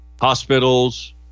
Hospitals